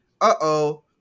uh-oh